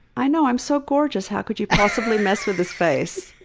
i know, i'm so gorgeous. how could you possibly mess with this face?